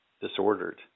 disordered